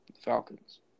Falcons